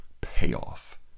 payoff